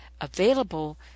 available